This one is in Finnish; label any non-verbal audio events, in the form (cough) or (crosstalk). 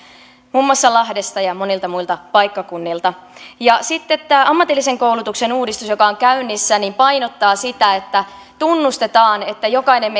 muun muassa lahdesta ja monilta muilta paikkakunnilta sitten ammatillisen koulutuksen uudistus joka on käynnissä painottaa sitä että tunnustetaan että jokainen (unintelligible)